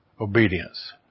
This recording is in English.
obedience